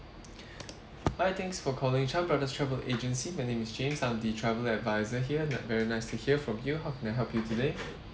hi thanks for calling chan brothers travel agency my name is james I'm the travel advisor here n~ very nice to hear from you how can I help you today